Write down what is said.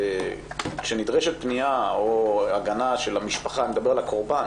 כשנדרשת פניה או הגנה על משפחת הקורבן